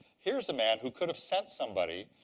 here's a man who could have sent somebody,